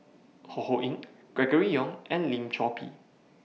Ho Ho Ying Gregory Yong and Lim Chor Pee